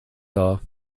car